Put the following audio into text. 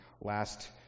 last